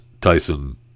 Tyson